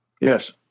Yes